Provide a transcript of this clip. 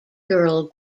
girl